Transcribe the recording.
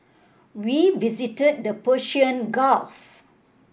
we visited the Persian Gulf